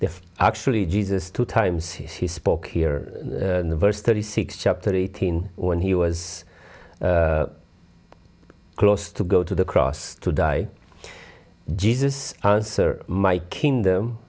they've actually jesus two times he spoke here in the verse thirty six chapter eighteen when he was close to go to the cross to die jesus answer my kingdom